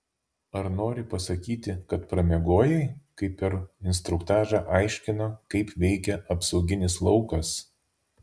ar nori pasakyti kad pramiegojai kai per instruktažą aiškino kaip veikia apsauginis laukas